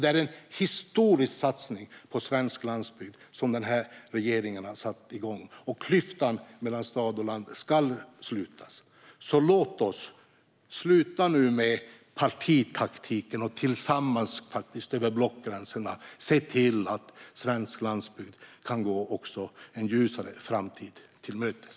Det är en historisk satsning på svensk landsbygd som den här regeringen har satt igång. Klyftan mellan stad och land ska slutas. Låt oss därför sluta med partitaktik och tillsammans, över blockgränserna, faktiskt se till att också svensk landsbygd kan gå en ljusare framtid till mötes!